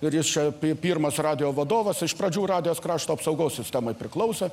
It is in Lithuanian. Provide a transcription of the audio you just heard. ir jis čia pirmas radijo vadovas iš pradžių radijas krašto apsaugos sistemai priklausė